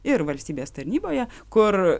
ir valstybės tarnyboje kur